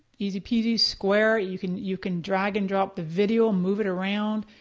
easy peasy. square, you can you can drag and drop the video, move it around.